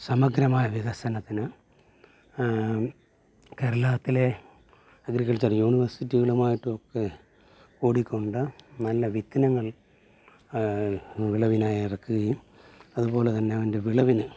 സമഗ്രമായ വികസനത്തിന് കേരളത്തിലെ അഗ്രികൾച്ചർ യൂണിവേഴ്സിറ്റികളുമായിട്ടൊക്കെ കൂടിക്കൊണ്ട് നല്ല വിത്തിനങ്ങൾ വിളവിനായി ഇറക്കുകയും അതുപോലെ തന്നെ അവൻ്റെ വിളവിന്